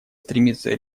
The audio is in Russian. стремится